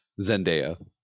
Zendaya